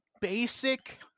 basic